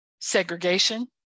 segregation